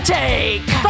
take